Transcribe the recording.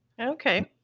Okay